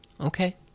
Okay